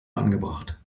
angebracht